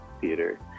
theater